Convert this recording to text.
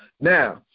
Now